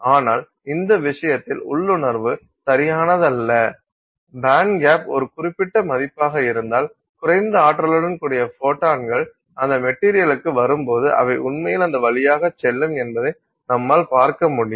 ஆனால் இந்த விஷயத்தில் உள்ளுணர்வு சரியானதல்ல பேண்ட்கேப் ஒரு குறிப்பிட்ட மதிப்பாக இருந்தால் குறைந்த ஆற்றலுடன் கூடிய ஃபோட்டான்கள் அந்த மெட்டீரியலுக்கு வரும்போது அவை உண்மையில் அந்த வழியாகச் செல்லும் என்பதை நம்மால் பார்க்க முடியும்